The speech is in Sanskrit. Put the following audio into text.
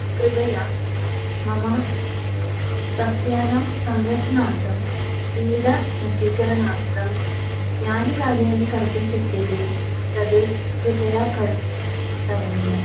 कृपया मम सस्यानां संरक्षणार्थं कीटनाशकरणार्थं यानि कार्याणि कर्तुं शक्यते तत् कृपया किं करणीयम्